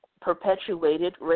perpetuated